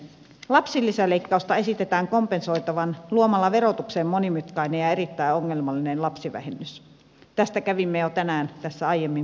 lapsilisäleikkausta esitetään kompensoitavan luomalla verotukseen monimutkainen ja erittäin ongelmallinen lapsivähennys tästä kävimme jo tänään tässä aiemmin keskustelua